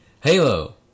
Halo